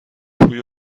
توی